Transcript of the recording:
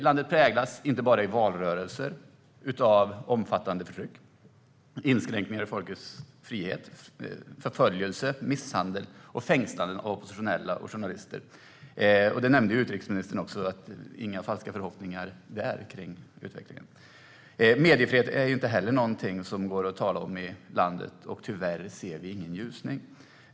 Landet präglas, det gäller inte bara i valrörelser, av omfattande förtryck, inskränkningar i folkets frihet, förföljelse, misshandel och fängslanden av oppositionella och journalister. Utrikesministern nämnde också att vi inte ska ha några falska förhoppningar om utvecklingen. Mediefrihet finns inte heller i landet, och tyvärr ser vi ingen ljusning.